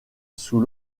sous